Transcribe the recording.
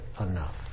enough